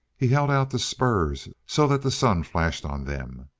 he held out the spurs so that the sun flashed on them.